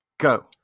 Go